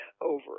over